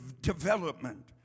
development